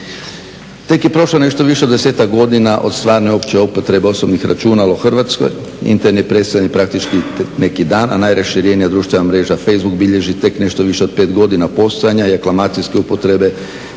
Teko je prošlo nešto više od desetak godina od stvarne opće upotrebe osobnih računala u Hrvatskoj, interni …/Govornik se ne razumije./… praktički neki dan, a najraširenija društvena mreža Facebook bilježi tek nešto više od pet godina postojanja i aklamacijske upotrebe